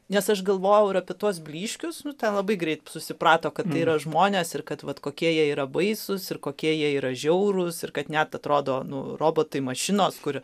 nes aš galvojau apie tuos blyškius nu ten labai greit susiprato kad yra žmonės ir kad vat kokie jie yra baisūs ir kokie jie yra žiaurūs ir kad net atrodo nu robotai mašinos kurių